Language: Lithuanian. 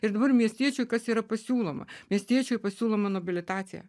ir dabar miestiečiui kas yra pasiūloma miestiečiui pasiūloma nobilitacija